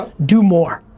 do more.